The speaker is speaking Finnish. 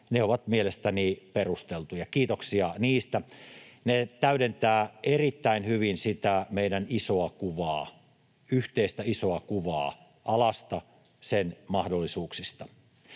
ovat mielestäni perusteltuja — kiitoksia niistä. Ne täydentävät erittäin hyvin sitä meidän isoa kuvaa, yhteistä isoa kuvaa alasta, sen mahdollisuuksista.